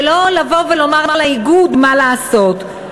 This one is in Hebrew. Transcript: ולא לומר לאיגוד מה לעשות.